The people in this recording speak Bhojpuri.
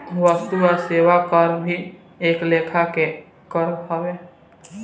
वस्तु आ सेवा कर भी एक लेखा के कर हवे